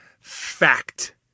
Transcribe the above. fact